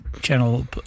Channel